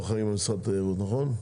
אנחנו אחראיים על משרד התיירות, נכון?